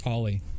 Ollie